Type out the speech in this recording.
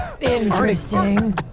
Interesting